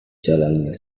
jalannya